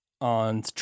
on